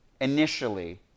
initially